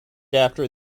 after